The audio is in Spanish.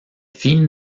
fin